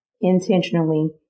intentionally